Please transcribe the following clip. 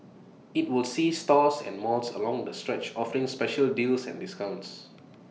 IT will see stores and malls along the stretch offering special deals and discounts